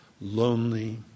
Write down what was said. lonely